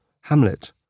Hamlet